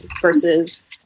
versus